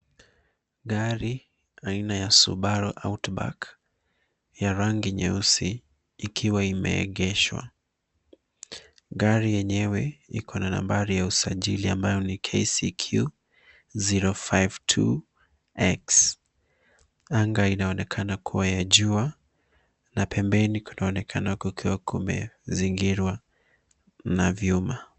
Gari aina ya subaru outback ya rangi nyeusi ikiwa imeegeshwa. Gari yenyewe iko na nambari ya usajili ambayo ni KCQ 052X. Anga inaonekana kuwa ya jua na pembeni kunaonekana kukiwa kumezingirwa na vyuma.